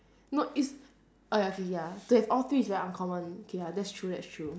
no it's ah ya ya three all three is very uncommon K ya that's true that's true